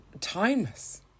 Timeless